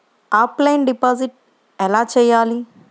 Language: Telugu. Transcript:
ఆఫ్లైన్ డిపాజిట్ ఎలా చేయాలి?